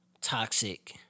toxic